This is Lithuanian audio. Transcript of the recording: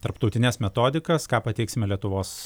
tarptautines metodikas ką pateiksime lietuvos